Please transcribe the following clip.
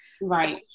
right